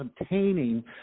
obtaining